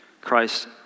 Christ